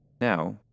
Now